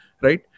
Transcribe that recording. right